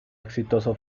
exitoso